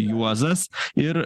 juozas ir